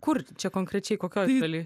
kur čia konkrečiai kokioj šaly